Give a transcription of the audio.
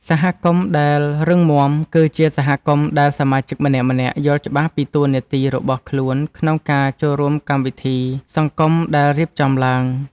សហគមន៍ដែលរឹងមាំ គឺជាសហគមន៍ដែលសមាជិកម្នាក់ៗយល់ច្បាស់ពីតួនាទីរបស់ខ្លួនក្នុងការចូលរួមកម្មវិធីសង្គមដែលរៀបចំឡើង។